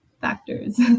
factors